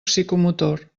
psicomotor